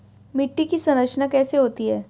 मिट्टी की संरचना कैसे होती है?